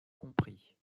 compris